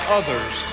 others